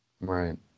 Right